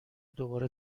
دوباره